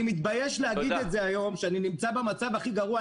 אני מתבייש להגיד את זה היום שאני נמצא במצב הכי גרוע,